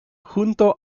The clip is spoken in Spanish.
junto